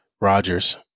Rodgers